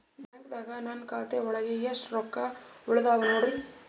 ಬ್ಯಾಂಕ್ದಾಗ ನನ್ ಖಾತೆ ಒಳಗೆ ಎಷ್ಟ್ ರೊಕ್ಕ ಉಳದಾವ ನೋಡ್ರಿ?